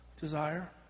desire